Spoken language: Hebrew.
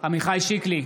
עמיחי שיקלי,